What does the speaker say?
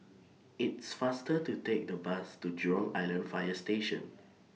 IT IS faster to Take The Bus to Jurong Island Fire Station